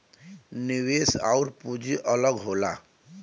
निवेश आउर पूंजी अलग होला